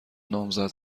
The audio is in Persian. نامزد